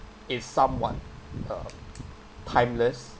is somewhat uh timeless